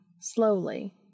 slowly